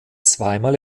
zweimal